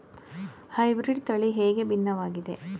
Hybrid ತಳಿ ಹೇಗೆ ಭಿನ್ನವಾಗಿದೆ?